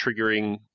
triggering